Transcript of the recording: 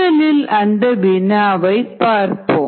முதலில் அந்த வினாவை பார்ப்போம்